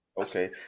Okay